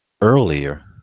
earlier